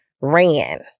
ran